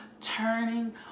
turning